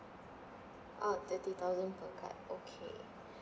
oh thirty thousand per card okay